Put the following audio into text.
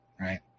right